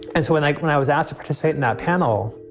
and so when i when i was asked to participate in that panel,